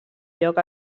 lloc